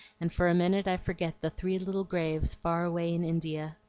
and for a minute i forget the three little graves far away in india.